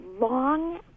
long